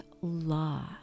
law